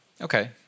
Okay